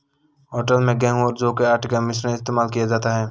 hotel में गेहूं और जौ के आटे का मिश्रण इस्तेमाल किया जाता है